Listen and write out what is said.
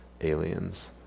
aliens